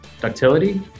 ductility